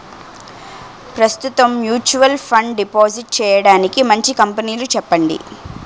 ప్రస్తుతం mutual fund deposit చేయడానికి మంచి కంపెనీలు చెప్పండి